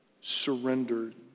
surrendered